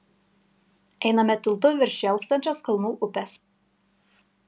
einame tiltu virš šėlstančios kalnų upės